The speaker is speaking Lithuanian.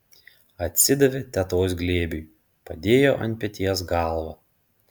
atsidavė tetos glėbiui padėjo ant peties galvą